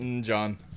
John